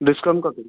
discount काटून